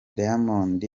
diamond